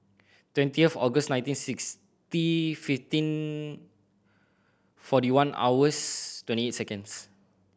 twenty of August nineteen sixty fifteen forty one hours twenty eight seconds